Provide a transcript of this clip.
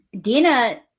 Dina